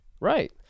Right